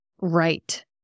right